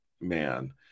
man